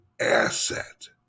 asset